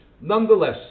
Nonetheless